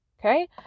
Okay